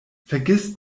vergiss